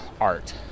art